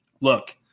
Look